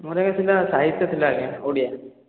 ମୋର ଏ ଥିଲା ସାହିତ୍ୟ ଥିଲା ଆଜ୍ଞା ଓଡ଼ିଆ